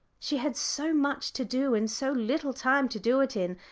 she had so much to do and so little time to do it in,